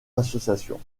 associations